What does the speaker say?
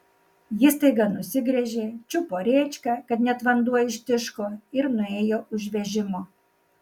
ji staiga nusigręžė čiupo rėčką kad net vanduo ištiško ir nuėjo už vežimo